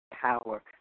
power